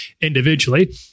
individually